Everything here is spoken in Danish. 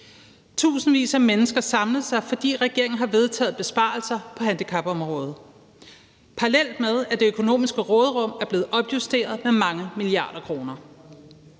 Tusindvis af mennesker samlede sig, fordi regeringen har vedtaget besparelser på handicapområdet, parallelt med at det økonomiske råderum er blevet opjusteret med mange milliarder kroner.